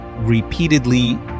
repeatedly